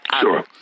Sure